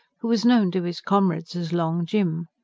who was known to his comrades as long jim.